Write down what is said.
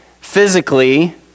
physically